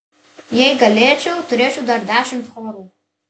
jei galėčiau turėčiau dar dešimt chorų